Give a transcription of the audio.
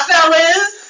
Fellas